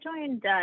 joined